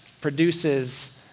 produces